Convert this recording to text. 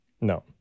No